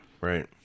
right